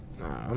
Nah